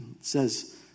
says